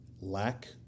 Lack